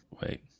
wait